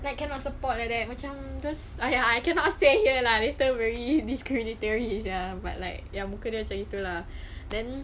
like cannot support like that macam those I I cannot say here lah literary this crazy theory sia but like muka dia macam gitu lah then